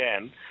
again